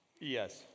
Yes